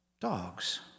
dogs